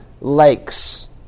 lakes